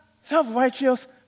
self-righteous